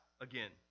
again